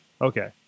Okay